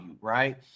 right